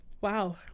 Wow